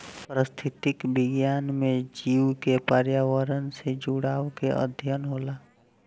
पारिस्थितिक विज्ञान में जीव के पर्यावरण से जुड़ाव के अध्ययन होला